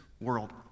world